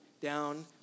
down